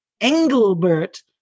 Engelbert